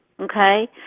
okay